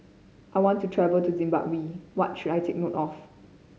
I want to travel to Zimbabwe What should I take note of